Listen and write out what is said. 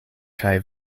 kaj